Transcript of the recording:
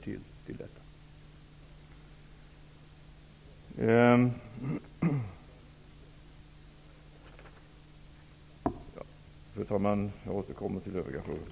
Fru talman! Jag återkommer senare till övriga frågor.